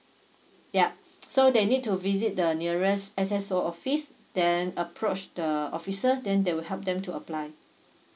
yup so they need to visit the nearest S_S_O office then approached the officer then they will help them to apply